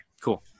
cool